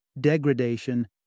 degradation